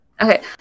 Okay